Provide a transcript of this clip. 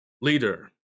leader